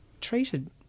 treated